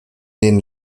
den